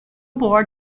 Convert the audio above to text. board